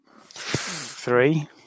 three